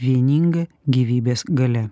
vieninga gyvybės galia